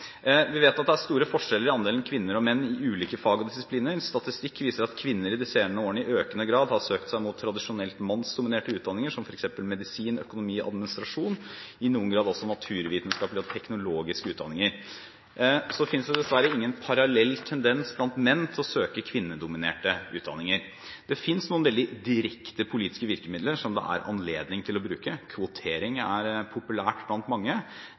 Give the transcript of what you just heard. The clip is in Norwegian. Vi vet at det er store forskjeller i andelen kvinner og menn i ulike fag og disipliner. Statistikk viser at kvinner i de senere årene i økende grad har søkt seg mot tradisjonelt mannsdominerte utdanninger som f.eks. medisin og økonomi og administrasjon og i noen grad også naturvitenskaplige og teknologiske utdanninger. Det finnes dessverre ingen parallell tendens blant menn til å søke kvinnedominerte utdanninger. Det finnes noen veldig direkte politiske virkemidler som det er anledning til å bruke. Kvotering er populært blant mange,